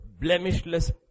blemishless